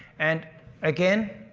and again,